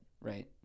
Right